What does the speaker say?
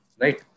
right